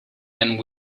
and